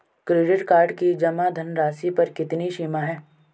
Credit card की जमा धनराशि पर कितनी सीमा है?